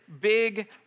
big